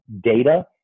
data